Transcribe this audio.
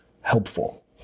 helpful